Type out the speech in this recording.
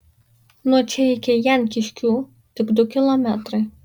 nuo čia iki jankiškių tik du kilometrai